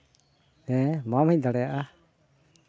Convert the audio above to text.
ᱦᱮᱸ ᱵᱟᱢ ᱦᱮᱡ ᱫᱟᱲᱮᱭᱟᱜᱼᱟ